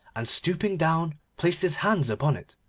and stooping down placed his hands upon it,